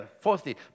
Fourthly